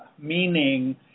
meaning